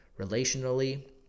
relationally